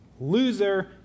Loser